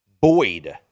Boyd